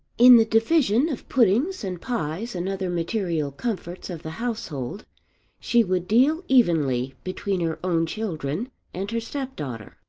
in the division of puddings and pies and other material comforts of the household she would deal evenly between her own children and her step-daughter.